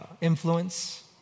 influence